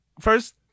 first